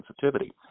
sensitivity